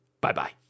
bye-bye